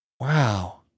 wow